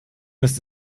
mist